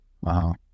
Wow